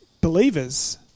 believers